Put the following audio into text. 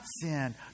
sin